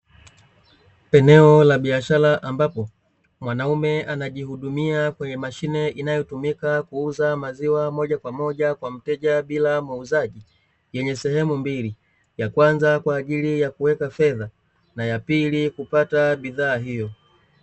Eneo la biashara ambapo mwanaume anajihudumia kwenye mashine inayotumika kuuza maziwa moja kwa moja kwa mteja bila muuzaji yenye sehemu mbili, ya kwanza kwa ajili ya kuweka fedha na ya pili kupata bidhaa hiyo.